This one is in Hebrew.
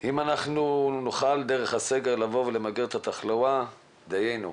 אם נוכל דרך הסגר למגר את התחלואה דיינו.